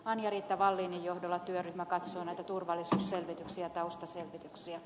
anna riitta wallinin johdolla työryhmä katsoo näitä turvallisuusselvityksiä ja taustaselvityksiä